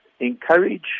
encourage